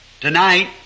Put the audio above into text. tonight